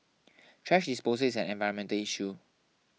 thrash disposal is an environmental issue